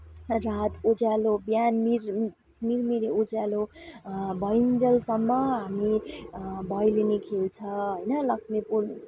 रात उज्यालो बिहान मिज मिरमिरे उज्यालो भइन्जेलसम्म हामी भैलेनी खेल्छ होइन लक्ष्मी